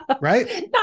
Right